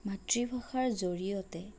মাতৃভাষাৰ জৰিয়তে